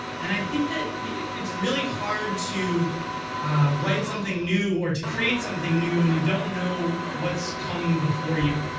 and i think that it's really hard to write something new or to create something new when you don't know what's come before you.